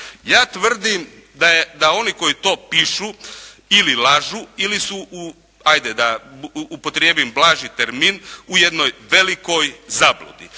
Ja tvrdim da oni koji to pišu ili lažu ili su hajde da upotrijebim blaži termin u jednoj velikoj zabludi.